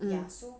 mm